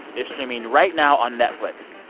is streaming right now on netflix.